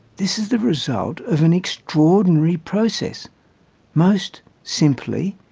this is the result of an extraordinary process most simply,